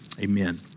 Amen